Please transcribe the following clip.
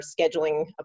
scheduling